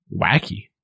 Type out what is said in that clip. Wacky